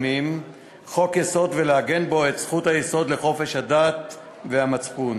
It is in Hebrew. הקיימים חוק-יסוד ולעגן בו את זכות היסוד לחופש הדת והמצפון.